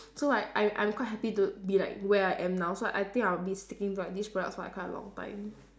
so like I'm I'm quite happy to be like where I am now so I think I'll be sticking to like these products for like quite a long time